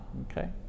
Okay